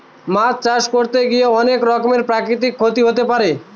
মাছ চাষ করতে গিয়ে অনেক রকমের প্রাকৃতিক ক্ষতি হতে পারে